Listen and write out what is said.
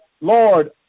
Lord